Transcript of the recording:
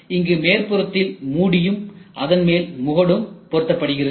இங்கு மேற்புறத்தில் மூடியும் அதன்மேல் முகடும் பொருத்தப்படுகிறது